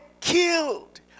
killed